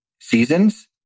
seasons